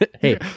Hey